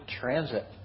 transit